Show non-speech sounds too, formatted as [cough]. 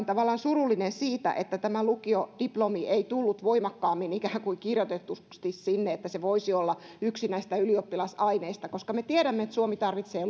[unintelligible] tavallaan surullinen siitä että tämä lukiodiplomi ei tullut voimakkaammin kirjoitetuksi sinne että se voisi olla yksi näistä ylioppilasaineista me tiedämme että suomi tarvitsee [unintelligible]